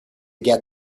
get